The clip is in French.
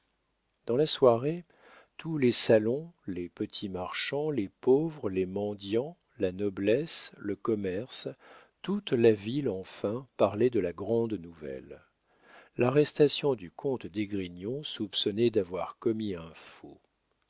dans la soirée tous les salons les petits marchands les pauvres les mendiants la noblesse le commerce toute la ville enfin parlait de la grande nouvelle l'arrestation du comte d'esgrignon soupçonné d'avoir commis un faux